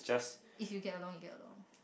if you get along you get along